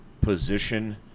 position